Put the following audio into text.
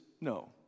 no